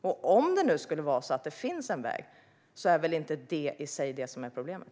Och om det nu ändå skulle finnas en väg är det väl inte det som är problemet?